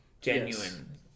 genuine